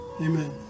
Amen